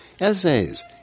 essays